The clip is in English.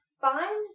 Find